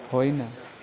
होइन